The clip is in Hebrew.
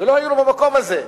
ולא היינו במקום הזה.